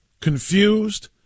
confused